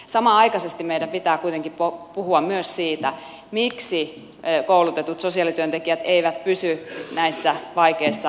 samanaikaisesti meidän pitää kuitenkin puhua myös siitä miksi koulutetut sosiaalityöntekijät eivät pysy näissä vaikeissa työtehtävissä